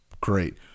great